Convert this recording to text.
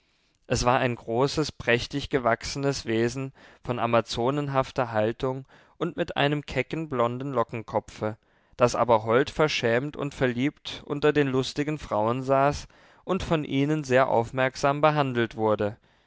es war ein großes prächtig gewachsenes wesen von amazonenhafter haltung und mit einem kecken blonden lockenkopfe das aber hold verschämt und verliebt unter den lustigen frauen saß und von ihnen sehr aufmerksam behandelt wurde